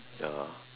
ya